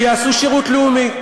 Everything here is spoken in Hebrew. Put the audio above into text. שיעשו שירות לאומי.